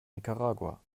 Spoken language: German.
nicaragua